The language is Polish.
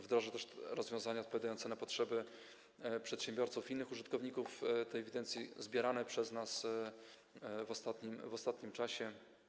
Wdroży też rozwiązania odpowiadające na potrzeby przedsiębiorców i innych użytkowników tej ewidencji zbierane przez nas w ostatnim czasie.